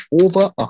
over